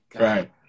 right